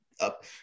up